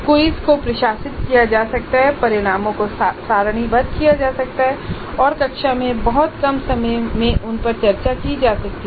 प्रश्नोत्तरी को प्रशासित किया जा सकता है परिणामों को सारणीबद्ध किया जा सकता है और कक्षा में बहुत कम समय में उन पर चर्चा की जा सकती है